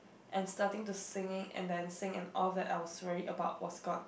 and starting to singing and then sing and all that I was worred about was gone